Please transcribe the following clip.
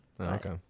okay